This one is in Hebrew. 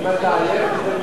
אני רשום אוטומטית.